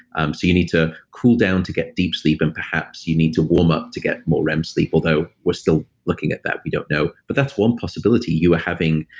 um so you need to cool down to get deep sleep, and perhaps you need to warm up to get more rem sleep. although we're still looking at that, we don't know but that's one possibility. you were having,